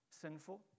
Sinful